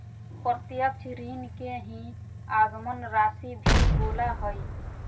प्रत्यक्ष ऋण के ही आगमन राशी भी बोला हइ